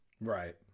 Right